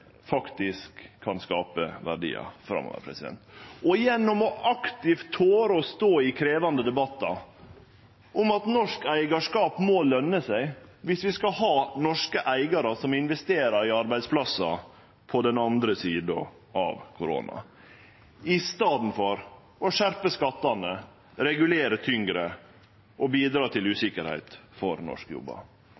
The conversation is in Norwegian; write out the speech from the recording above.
faktisk kan skape verdiar framover. Vi bidreg gjennom aktivt å tore å stå i krevjande debattar om at norsk eigarskap må løne seg dersom vi skal ha norske eigarar som investerer i arbeidsplassar på den andre sida av koronaen, i staden for å skjerpe skattane, regulere tyngre og bidra til